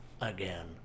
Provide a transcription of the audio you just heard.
Again